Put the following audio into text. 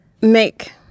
make